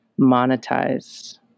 monetize